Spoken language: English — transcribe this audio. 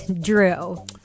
Drew